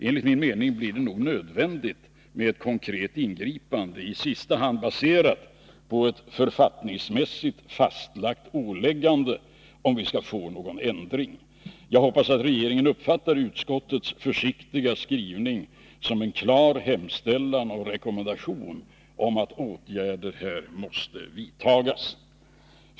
Enligt min mening blir det nog nödvändigt med ett konkret ingripande, i sista hand baserat på ett författningsmässigt fastlagt åläggande, om vi skall få någon ändring. Jag hoppas att regeringen uppfattar utskottets försiktiga skrivning som en klar hemställan och rekommendation om att åtgärder här måste vidtas.